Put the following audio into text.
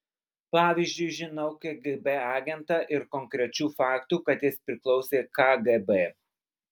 pavyzdžiui žinau kgb agentą ir konkrečių faktų kad jis priklausė kgb